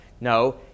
No